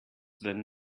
than